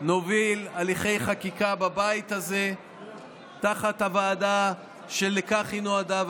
נוביל הליכי חקיקה בבית הזה תחת הוועדה שלכך היא נועדה,